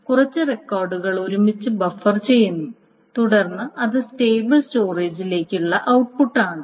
കുറച്ച് റെക്കോർഡുകൾ ഒരുമിച്ച് ബഫർ ചെയ്യുന്നു തുടർന്ന് ഇത് സ്റ്റേബിൾ സ്റ്റോറേജിലേക്കുള്ള ഔട്ട്പുട്ട് ആണ്